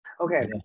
Okay